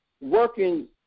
working